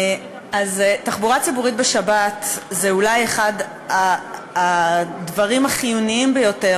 תחבורה ציבורית בשבת היא אולי אחד הדברים החיוניים ביותר,